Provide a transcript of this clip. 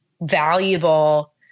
valuable